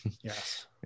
Yes